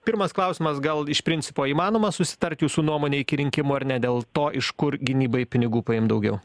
pirmas klausimas gal iš principo įmanoma susitart jūsų nuomone iki rinkimų ar ne dėl to iš kur gynybai pinigų paimt daugiau